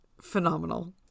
Phenomenal